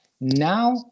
Now